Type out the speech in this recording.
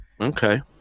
Okay